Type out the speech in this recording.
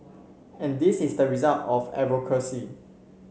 and this is the result of advocacy